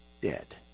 dead